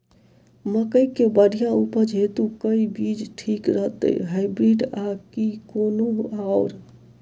मकई केँ बढ़िया उपज हेतु केँ बीज ठीक रहतै, हाइब्रिड आ की कोनो आओर?